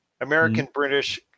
American-British